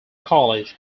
college